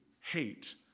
hate